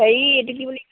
হেৰি এইটো কি বুলি কয়